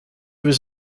was